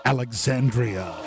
Alexandria